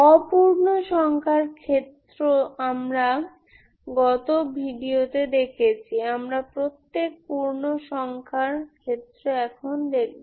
অ পূর্ণসংখ্যা ক্ষেত্র আমরা গত ভিডিওতে দেখেছি আমরা প্রত্যেক পূর্ণ সংখ্যার ক্ষেত্রে দেখব